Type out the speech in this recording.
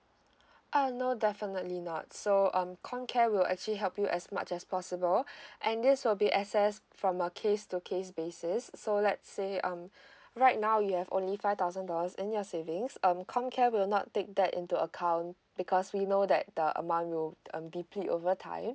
err no definitely not so um comcare will actually help you as much as possible and this will be assessed from a case to case basis so let's say um right now you have only five thousand dollars in your savings um comcare will not take that into account because we know that the amount will um B P over time